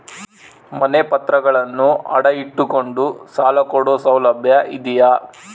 ಮನೆ ಪತ್ರಗಳನ್ನು ಅಡ ಇಟ್ಟು ಕೊಂಡು ಸಾಲ ಕೊಡೋ ಸೌಲಭ್ಯ ಇದಿಯಾ?